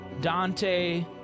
Dante